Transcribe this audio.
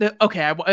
okay